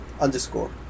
Underscore